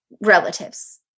relatives